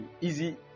easy